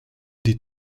die